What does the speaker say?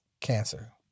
cancer